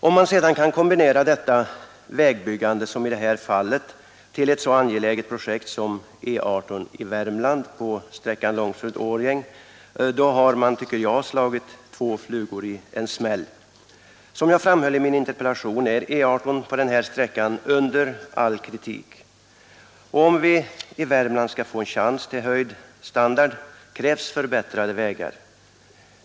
Om man sedan, som i det här fallet, kan kombinera beredskapsarbetet med ett så angeläget projekt som ombyggnad av E 18 i Värmland på sträckan Långserud-—Årjäng, har man slagit två flugor i en smäll. Som jag framhöll i min interpellation är E 18 på den här sträckan under all kritik. Om vi i Värmland skall få en chans till höjd standard krävs förbättrade vägar.